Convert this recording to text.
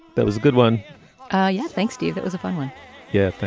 that was a good one ah yes. thanks to you. that was a fun one yeah.